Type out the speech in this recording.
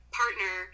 partner